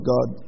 God